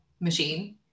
machine